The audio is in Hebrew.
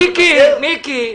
מיקי.